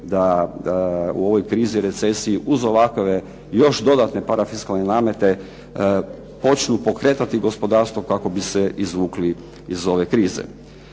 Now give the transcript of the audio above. da u ovoj krizi, recesiji uz ovakove još dodatne parafiskalne namete počnu pokretati gospodarstvo kako bi se izvukli iz ove krize.